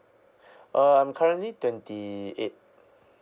uh I'm currently twenty eight